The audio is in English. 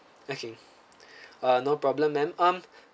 okay uh no problem ma'am um